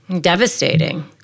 Devastating